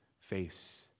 face